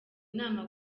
inama